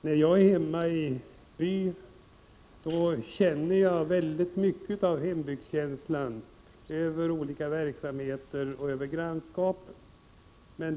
När jag är hemma i byn märker jag väldigt mycket av hembygdskänslan i olika verksamheter i grannskapet.